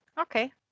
Okay